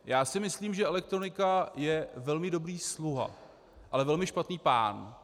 Já myslím, že elektronika je velmi dobrý sluha, ale velmi špatný pán.